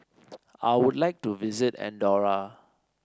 I would like to visit Andorra